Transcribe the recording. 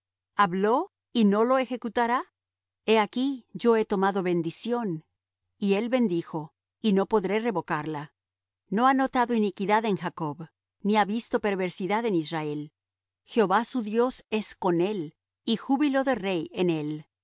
habló y no lo ejecutará he aquí yo he tomado bendición y él bendijo y no podré revocarla no ha notado iniquidad en jacob ni ha visto perversidad en israel jehová su dios es con él y júbilo de rey en él